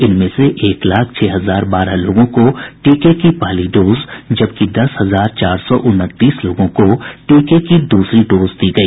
इनमें से एक लाख छह हजार बारह लोगों को टीके की पहली डोज जबकि दस हजार चार सौ उनतीस लोगों को टीके की दूसरी डोज दी गई